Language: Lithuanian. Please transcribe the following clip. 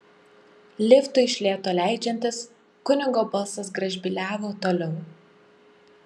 liftui iš lėto leidžiantis kunigo balsas gražbyliavo toliau